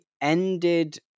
ended